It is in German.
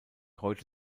heute